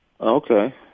Okay